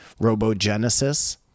Robogenesis